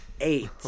eight